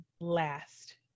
last